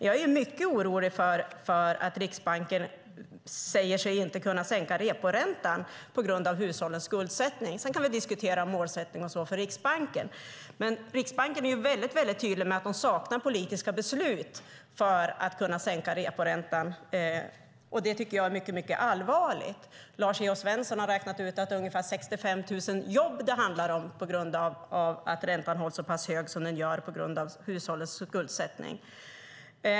Jag är mycket orolig för att Riksbanken säger sig inte kunna sänka reporäntan på grund av hushållens skuldsättning. Sedan kan vi diskutera målsättning och sådant för Riksbanken, men Riksbanken är väldigt tydlig med att de saknar politiska beslut för att kunna sänka reporäntan. Detta tycker jag är mycket, mycket allvarligt. Lars E O Svensson har räknat ut att det handlar om ungefär 65 000 jobb på grund av att räntan hålls så pass hög som den gör på grund av hushållens skuldsättning.